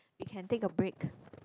you can take a break